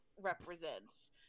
represents